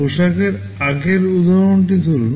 পোশাকের আগের উদাহরণটি ধরুন